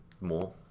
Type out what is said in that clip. more